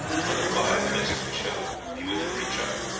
another five minutes and we shall be within reach of her.